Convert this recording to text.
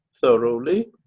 thoroughly